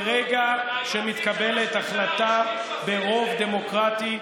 ברגע שמתקבלת החלטה ברוב דמוקרטי,